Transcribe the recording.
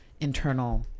internal